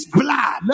blood